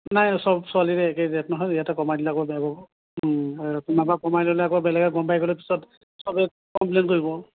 নাই চব ছোৱালীৰে একে ৰেট নহয় ইয়াতে কমাই দিলে আকৌ বেয়া পাব আৰু তোমাৰ পৰা কমাই ল'লে আকৌ বেলেগে গম পাই গ'লে পিছত চব চবেই কমপ্লেইন কৰিব